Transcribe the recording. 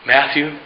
Matthew